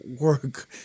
work